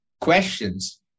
questions